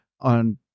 on